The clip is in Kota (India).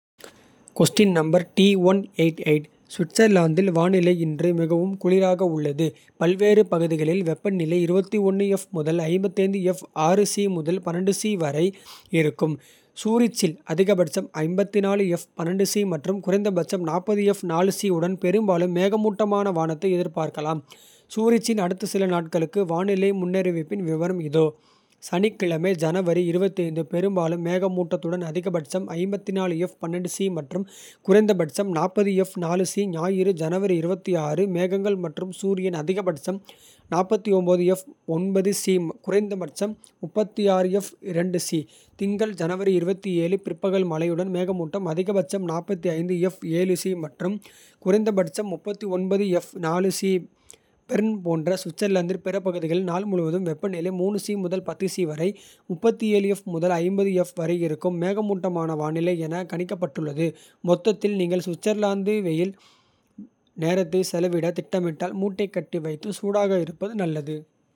சுவிட்சர்லாந்தின் வானிலை இன்று மிகவும் குளிராக உள்ளது. பல்வேறு பகுதிகளில் வெப்பநிலை முதல் முதல் வரை. வரை இருக்கும் சூரிச்சில் அதிகபட்சம் மற்றும். குறைந்தபட்சம் உடன் பெரும்பாலும் மேகமூட்டமான. வானத்தை எதிர்பார்க்கலாம் சூரிச்சின் அடுத்த சில. நாட்களுக்கு வானிலை முன்னறிவிப்பின் விவரம் இதோ. சனிக்கிழமை ஜனவரி பெரும்பாலும் மேகமூட்டத்துடன். அதிகபட்சம் மற்றும் குறைந்தபட்சம் ஞாயிறு ஜனவரி. மேகங்கள் மற்றும் சூரியன் அதிக பட்சம் மற்றும் குறைந்தபட்சம். திங்கள் ஜனவரி பிற்பகலில் மழையுடன் மேகமூட்டம். அதிகபட்சம் மற்றும் குறைந்தபட்சம் பெர்ன் போன்ற சுவிட்சர்லாந்தின். பிற பகுதிகளில் நாள் முழுவதும் வெப்பநிலை முதல். வரை முதல் வரை இருக்கும் மேகமூட்டமான. வானிலை என கணிக்கப்பட்டுள்ளது. மொத்தத்தில் நீங்கள் சுவிட்சர்லாந்தில். வெளியில் நேரத்தை செலவிட திட்டமிட்டால். மூட்டை கட்டி வைத்து சூடாக இருப்பது நல்லது.